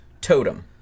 totem